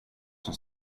som